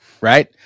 right